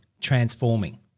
transforming